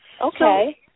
Okay